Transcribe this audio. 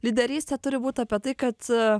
lyderystė turi būti apie tai kad